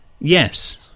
Yes